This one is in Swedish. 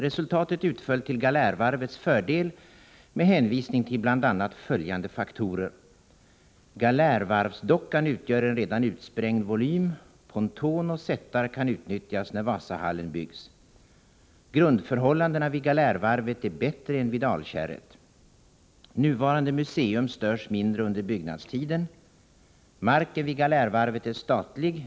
Resultatet utföll till Galärvarvets fördel, med hänvisning till bl.a. följande faktorer: — Galärvarvsdockan utgör en redan utsprängd volym. Ponton och sättar kan utnyttjas när Wasahallen byggs. Nr 142 — Grundförhållandena vid Galärvarvet är bättre än vid Alkärret. Fredagen den — Nuvarande museum störs mindre under byggnadstiden. 10 maj 1985 — Marken vid Galärvarvet är statlig.